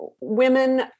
Women